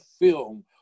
film